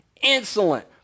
insolent